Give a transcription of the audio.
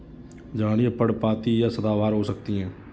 झाड़ियाँ पर्णपाती या सदाबहार हो सकती हैं